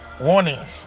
warnings